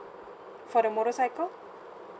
for the motorcycle